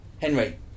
Henry